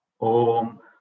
Om